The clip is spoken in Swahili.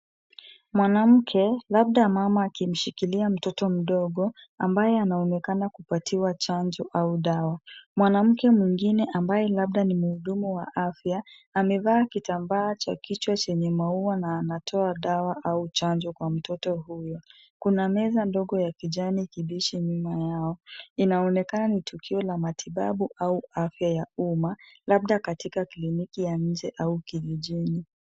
Mwanamke labda mama akimshikilia mtoto mdogo ambaye anaonekana kupatiwa chanjo au dawa. Mwanamke mwingine ambaye labda ni mhudumu wa afya amevaa kitambaa cha kichwa chenye maua na anatoa dawa au chanjo kwa mtoto huyo. Kuna meza ndogo ya kijani kibichi nyuma yao. Inaonekana ni tukio ya matibabu au afya ya umma labda katika kliniki ya nje au kijijini.